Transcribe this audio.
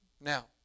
Now